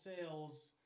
sales